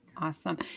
Awesome